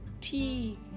tea